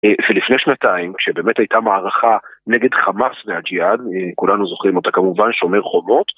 ולפני שנתיים, כשבאמת הייתה מערכה נגד חמאס והג'יאד, כולנו זוכרים אותה כמובן, שומר חומות.